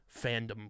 fandom